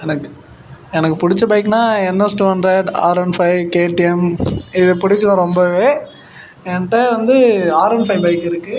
எனக் எனக்குப் பிடிச்ச பைக்னால் NS two hundred R one five KTM இது பிடிக்கும் ரொம்பவே என்கிட்ட வந்து ஆர் ஒன் ஃபைவ் பைக் இருக்குது